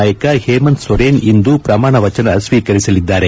ನಾಯಕ ಹೇಮಂತ್ ಸೊರೇನ್ ಇಂದು ಪ್ರಮಾಣ ವಚನ ಸ್ವೀಕರಿಸಲಿದ್ದಾರೆ